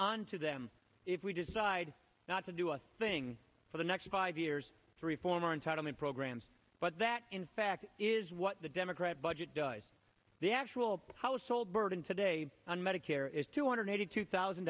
onto them if we decide not to do a thing for the next five years to reform our entitlement programs but that in fact is what the democrat budget does the actual household burden today on medicare is two hundred eighty two thousand